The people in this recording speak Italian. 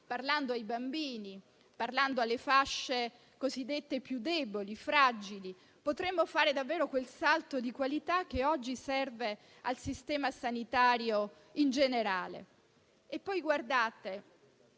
parlando ai bambini e alle fasce cosiddette più deboli e fragili e potremmo fare davvero quel salto di qualità che oggi serve al sistema sanitario in generale. Non è